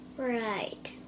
Right